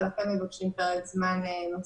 ולכן מבקשים פרק זמן נוסף.